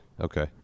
Okay